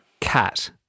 Cat